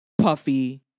Puffy